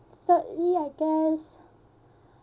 thirdly I guess